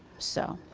so.